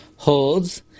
holds